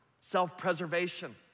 self-preservation